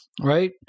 right